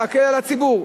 להקל על הציבור.